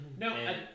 No